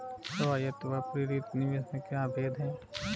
स्वायत्त व प्रेरित निवेश में क्या भेद है?